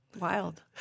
Wild